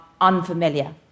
unfamiliar